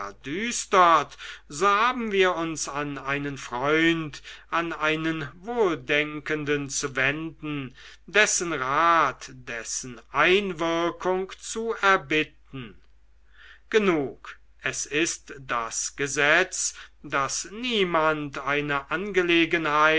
so haben wir uns an einen freund an einen wohldenkenden zu wenden dessen rat dessen einwirkung zu erbitten genug es ist das gesetz daß niemand eine angelegenheit